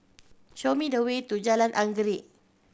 show me the way to Jalan Anggerek